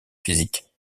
physique